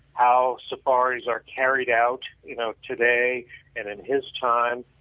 how safaris are carried out you know today and in his time.